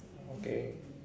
okay